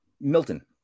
milton